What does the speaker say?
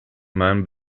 man